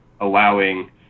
allowing